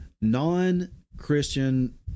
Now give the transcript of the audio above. non-Christian